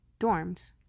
dorms